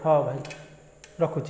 ହେଉ ଭାଇ ରଖୁଛି